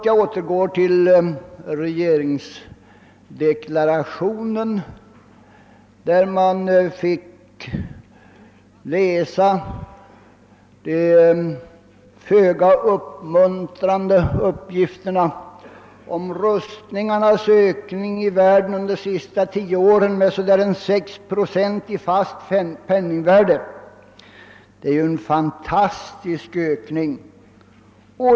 Jag återgår till regeringsdeklarationen, där man fick läsa de föga uppmuntrande uppgifterna om ökningen av rustningarna i världen under de senaste tio åren med ungefär 6 procent per år i fast penningvärde. Det är ju en fantas tisk ökning.